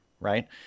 right